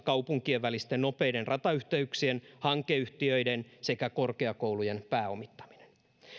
kaupunkien välisten nopeiden ratayhteyksien hankeyhtiöiden sekä korkeakoulujen pääomittaminen